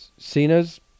Cena's